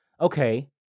okay